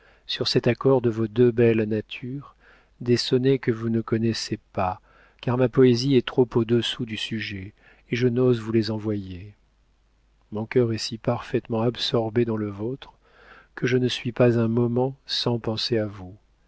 sur cet accord de vos deux belles natures des sonnets que vous ne connaissez pas car ma poésie est trop au-dessous du sujet et je n'ose vous les envoyer mon cœur est si parfaitement absorbé dans le vôtre que je ne suis pas un moment sans penser à vous